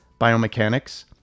biomechanics